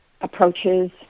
approaches